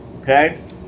Okay